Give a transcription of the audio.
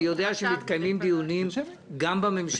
אני יודע שמתקיימים דיונים גם בממשלה,